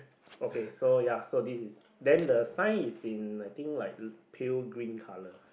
okay so ya so this is then the sign is in like I think like pear green colour